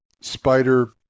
Spider